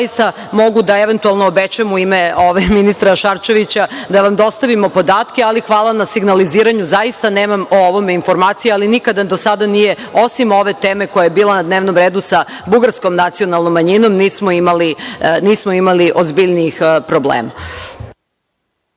zaista mogu eventualno da obećam u ime ministra Šarčevića da vam dostavimo podatke. Ali, hvala na signaliziranju. Zaista nemam o ovome informacija, ali nikada do sada, osim ove teme koja je bila na dnevnom redu sa bugarskom nacionalnom manjinom, nismo imali ozbiljnijih problema.